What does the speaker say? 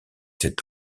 sept